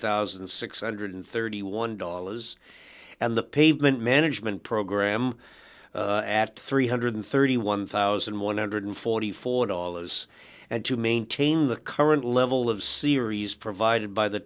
thousand six hundred and thirty one dollars and the pavement management program at three hundred and thirty one thousand one hundred forty four dollars and to maintain the current level of series provided by the